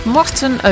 Morten